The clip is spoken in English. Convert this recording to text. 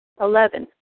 Eleven